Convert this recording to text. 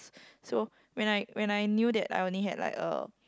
so when I when I knew that I only had like a